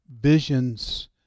visions